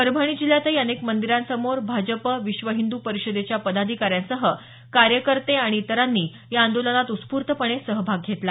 परभणी जिल्ह्यातही अनेक मंदिरासमोर भाजपा विश्वहिंद् परिषदेच्या पदाधिकाऱ्यांसह कार्यकर्ते आणि इतरांनी या आंदोलनात उत्स्फूर्तपणे सहभाग घेतला